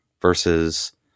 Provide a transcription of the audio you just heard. versus